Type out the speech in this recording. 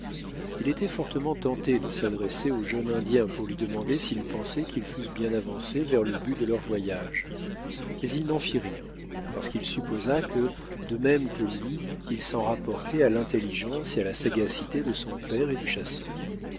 il était fortement tenté de s'adresser au jeune indien pour lui demander s'il pensait qu'ils fussent bien avancés vers le but de leur voyage mais il n'en fit rien parce qu'il supposa que de même que lui il s'en rapportait à l'intelligence et à la sagacité de son père et du chasseur